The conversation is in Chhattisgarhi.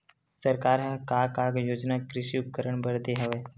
सरकार ह का का योजना कृषि उपकरण बर दे हवय?